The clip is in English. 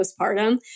postpartum